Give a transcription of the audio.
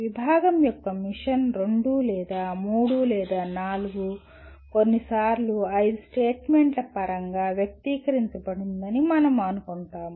విభాగం యొక్క మిషన్ రెండు లేదా మూడు లేదా నాలుగు కొన్నిసార్లు ఐదు స్టేట్మెంట్ల పరంగా వ్యక్తీకరించబడిందని మనం అనుకుంటాము